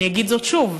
אני אגיד זאת שוב.